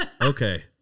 Okay